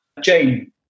Jane